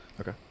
Okay